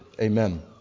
amen